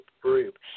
group